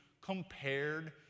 compared